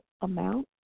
amount